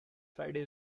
friday